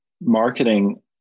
marketing